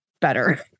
better